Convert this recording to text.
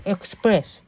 Express